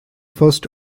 first